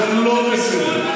זה לא בסדר.